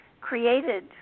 created